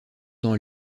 dans